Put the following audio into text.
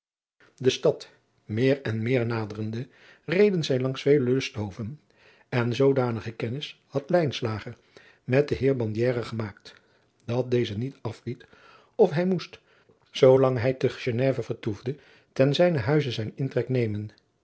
de stad meer en meer naderende reden zij langs vele lusthoven en zoodanige kennis had lijnslager met den heer bandiere gemaakt dat deze niet afliet of hij moest zoolang hij te geneve vertoefde ten zijnen huize zijn intrek nemen